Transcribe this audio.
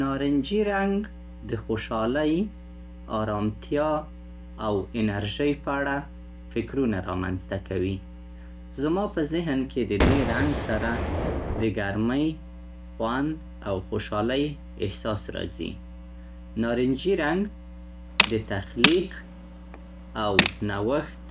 نارنجي رنګ د خوشحالۍ، ارامتیا او انرژۍ په اړه فکرونه رامنځته کوي. زما په ذهن کې د دې رنګ سره د ګرمۍ، خوند او خوشحالۍ احساس راځي. نارنجي رنګ د تخلیق او نوښت